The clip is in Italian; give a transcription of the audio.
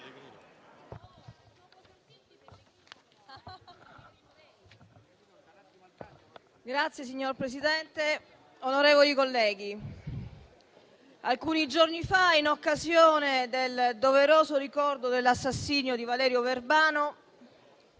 Signora Presidente, onorevoli colleghi, alcuni giorni fa si è svolto il doveroso ricordo dell'assassinio di Valerio Verbano,